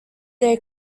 their